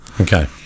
Okay